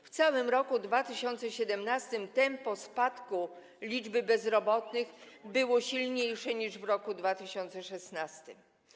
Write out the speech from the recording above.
W roku 2017 tempo spadku liczby bezrobotnych było silniejsze niż w roku 2016.